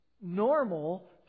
normal